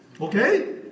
Okay